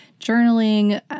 journaling